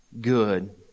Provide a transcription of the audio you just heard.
good